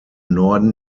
norden